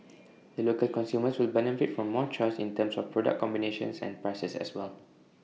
the local consumers will benefit from more choice in terms of product combinations and prices as well